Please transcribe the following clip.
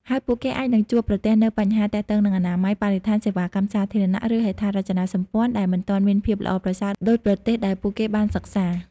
ហើយពួកគេអាចនឹងជួបប្រទះនូវបញ្ហាទាក់ទងនឹងអនាម័យ បរិស្ថាន សេវាកម្មសាធារណៈ ឬហេដ្ឋារចនាសម្ព័ន្ធដែលមិនទាន់មានភាពល្អប្រសើរដូចប្រទេសដែលពួកគេបានសិក្សា។